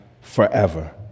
forever